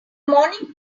morning